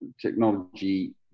technology